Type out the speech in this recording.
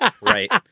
Right